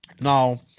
now